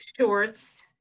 shorts